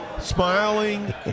Smiling